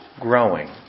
growing